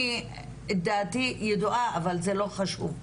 דעתי ידועה אבל זה לא חשוב,